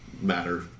matter